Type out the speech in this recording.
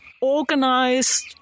organized